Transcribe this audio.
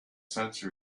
sensor